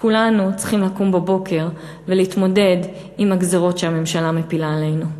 וכולנו צריכים לקום בבוקר ולהתמודד עם הגזירות שהממשלה מפילה עלינו.